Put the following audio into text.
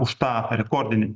už tą rekordinį